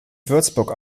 würzburg